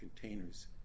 containers